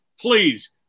Please